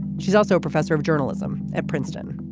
she's also a professor of journalism at princeton